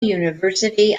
university